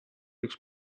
üks